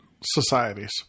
societies